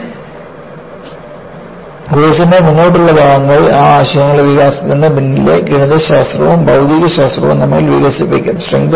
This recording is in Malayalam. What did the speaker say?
പക്ഷേ കോഴ്സിന്റെ മുന്നോട്ടുള്ള ഭാഗങ്ങളിൽ ആ ആശയങ്ങളുടെ വികാസത്തിന് പിന്നിലെ ഗണിതശാസ്ത്രവും ഭൌതികശാസ്ത്രവും നമ്മൾ വികസിപ്പിക്കും